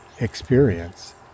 experience